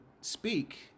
speak